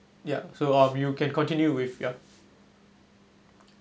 ya so I'll be we can continue with ya